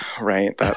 Right